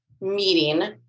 meeting